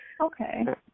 Okay